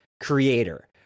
creator